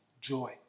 joy